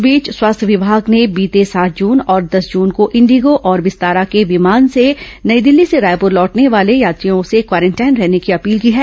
इस बीच स्वास्थ्य विभाग ने बीते सात जून और दस जून को इंडिगो और विस्तारा के विमान से नई दिल्ली से रायपुर लौटने वाले यात्रियों से क्वारेंटाइन रहने की अपील की है